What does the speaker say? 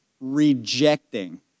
rejecting